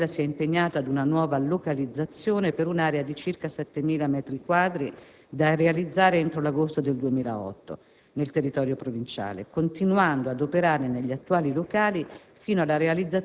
per il quale l'azienda si è impegnata ad una nuova localizzazione per un'area di circa 7.000 metri quadrati, da realizzare entro l'agosto del 2008 nel territorio provinciale, continuando ad operare negli attuali locali